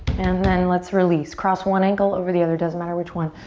and then let's release. cross one ankle over the other. doesn't matter which one.